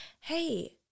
hey